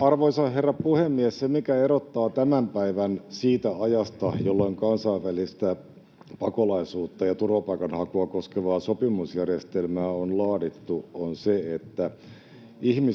Arvoisa herra puhemies! Se, mikä erottaa tämän päivän siitä ajasta, jolloin kansainvälistä pakolaisuutta ja turvapaikanhakua koskevaa sopimusjärjestelmää on laadittu, on se, että